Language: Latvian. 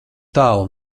tālu